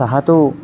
सः तु